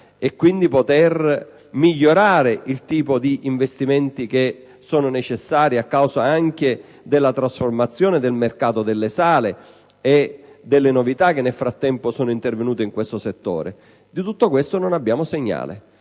e quindi di migliorare il tipo di investimenti che sono necessari a causa anche della trasformazione del mercato delle sale e delle novità che nel frattempo sono intervenute in questo settore. Di tutto ciò non abbiamo segnali,